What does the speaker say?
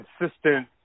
consistent